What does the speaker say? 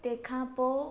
तंहिंखां पोइ